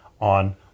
on